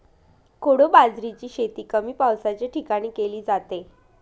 कोडो बाजरीची शेती कमी पावसाच्या ठिकाणी केली जाते